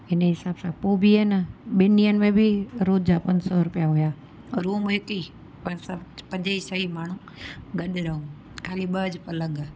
इन हिसाब सां पोइ बि आहे न ॿिन ॾींहनि में बि रोज़ जा पंज सौ रुपिया हुआ रूम हिकु ई पर सभु पंज ई छह ई माणू गॾु रहूं खाली ॿ जो पलंग